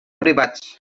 privats